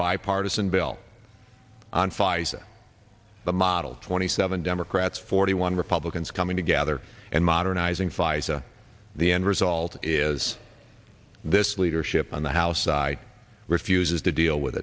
bipartisan bill on pfizer the model twenty seven democrats forty one republicans coming together and modernizing pfizer the end result is this leadership on the house side refuses to deal with